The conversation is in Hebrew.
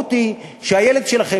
המשמעות היא שהילד שלכם,